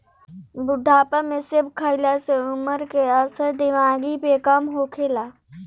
बुढ़ापा में सेब खइला से उमर के असर दिमागी पे कम होखेला